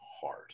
heart